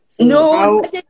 No